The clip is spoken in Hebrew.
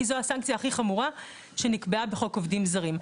כי זו הסנקציה הכי חמורה שנקבעה בחוק עובדים זרים.